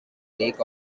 lake